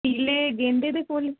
ਪੀਲੇ ਗੇਂਦੇ ਦੇ ਫੁੱਲ